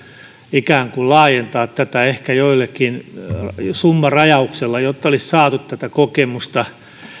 ikään kuin laajentaa tätä ehkä joillekin summarajauksella jotta olisi saatu kokemusta